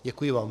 Děkuji vám.